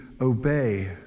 obey